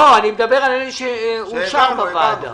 לא, אני מדבר על אלה שאושרו בוועדה.